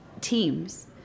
teams